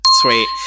Sweet